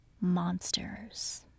monsters